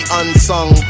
unsung